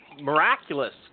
miraculous